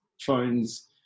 phones